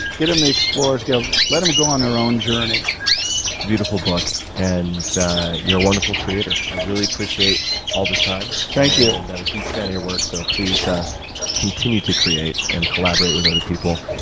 get them the explorer's guild. let them go on their own journey. it's a beautiful book and you're a wonderful creator. i really appreciate all the time. thank you. i'm and and a huge fan of your work so please ah continue to create and collaborate with other people.